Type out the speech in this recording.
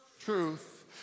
truth